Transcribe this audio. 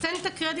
אז תן את הקרדיט.